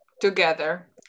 together